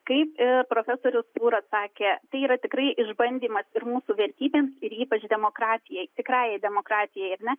kaip ir profesorius pūras sakė tai yra tikrai išbandymas ir mūsų vertybėms ir ypač demokratijai tikrajai demokratijai ar ne